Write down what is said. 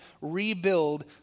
rebuild